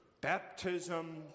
Baptism